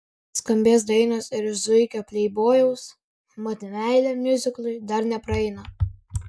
skambės dainos ir iš zuikio pleibojaus mat meilė miuziklui dar nepraeina